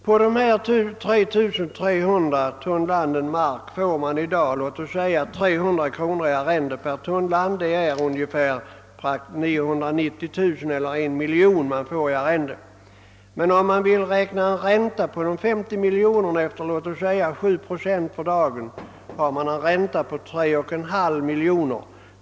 På dessa 3300 tunnland mark får staden i dag in låt oss säga 300 kronor per tunnland i arrende. Sammanlagt blir det 990 000 kronor, d.v.s. nära en miljon. Räntan på det investerade beloppet, räknad efter 7 procent, uppgår emellertid till 3,5 miljoner kronor.